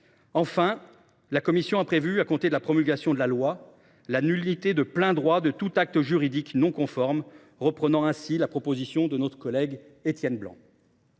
la commission a prévu, à compter de la promulgation de la loi, la nullité de plein droit de tout acte juridique non conforme, reprenant ainsi la proposition de notre collègue Étienne Blanc.